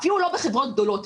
אפילו לא בחברות גדולות.